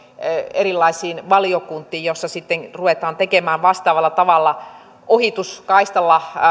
erilaisiin valiokuntiin joissa sitten ruvetaan tekemään vastaavalla tavalla ohituskaistalla